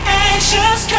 anxious